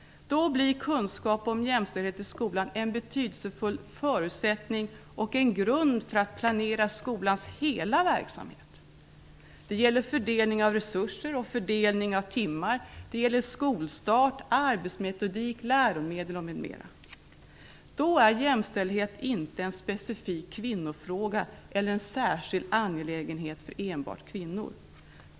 Då blir kunskap om jämställdhet i skolan en betydelsefull förutsättning och en grund för att planera skolans hela verksamhet. Det gäller fördelning av resurser och fördelning av timmar, skolstart, arbetsmetodik, läromedel m.m. Då är jämställdhet inte en specifik kvinnofråga eller en särskild angelägenhet för enbart kvinnor.